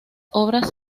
obras